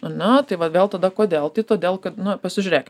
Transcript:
ar ne tai va vėl tada kodėl tai todėl kad nu pasižiūrėkim